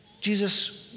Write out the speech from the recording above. Jesus